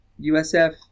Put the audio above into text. USF